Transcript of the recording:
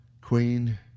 Queen